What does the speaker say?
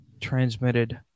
transmitted